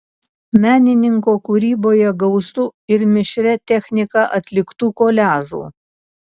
menininko kūryboje gausu ir mišria technika atliktų koliažų